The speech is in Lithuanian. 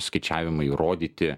skaičiavimai įrodyti